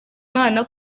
imana